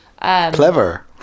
clever